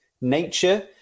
nature